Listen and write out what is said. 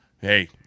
Hey